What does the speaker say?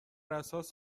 اساس